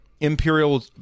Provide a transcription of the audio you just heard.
Imperial